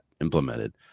implemented